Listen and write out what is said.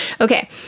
okay